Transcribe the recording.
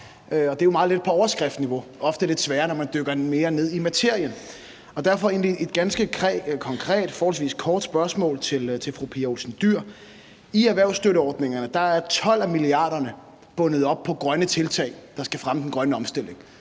det er meget let på overskriftsniveau, men ofte lidt sværere, når man dykker mere ned i materien. Derfor har jeg egentlig et ganske konkret og forholdsvis kort spørgsmål til fru Pia Olsen Dyhr. I erhvervsstøtteordningerne er 12 af milliarderne bundet op på grønne tiltag, der skal fremme den grønne omstilling.